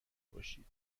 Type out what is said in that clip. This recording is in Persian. باشید